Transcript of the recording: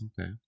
Okay